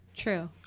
true